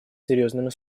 серьезными